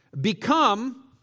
Become